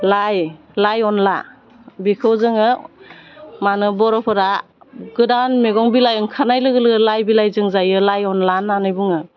लाइ लाइ अनला बेखौ जोङो मानो बर'फोरा गोदान मैगं बिलाइ ओंखारनाय लोगो लोगो लाइ बिलाइजों जायो लाइ अनला होन्नानै बुङो